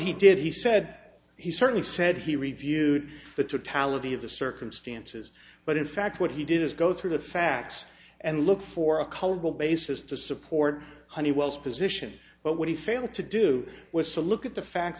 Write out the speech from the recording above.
he did he said he certainly said he reviewed the totality of the circumstances but in fact what he did is go through the facts and look for a cultural basis to support honeywell's position but what he failed to do was to look at the facts